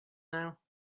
now